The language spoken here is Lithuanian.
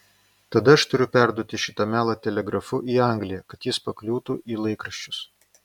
tada aš turiu perduoti šitą melą telegrafu į angliją kad jis pakliūtų į laikraščius